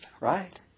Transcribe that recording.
right